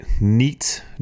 neat